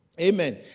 Amen